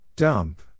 Dump